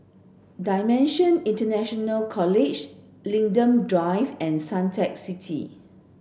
DIMENSIONS International College Linden Drive and Suntec City